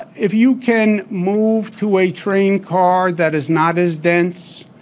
if you can move to a train car that is not as dense,